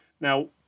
Now